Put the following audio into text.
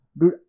Dude